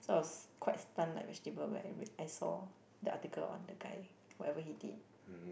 so I was llike quite stun like vegetable when I re~ I saw the article on the guy whatever he did